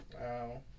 Wow